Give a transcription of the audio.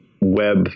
web